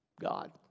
God